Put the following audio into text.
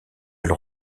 elle